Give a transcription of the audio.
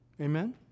Amen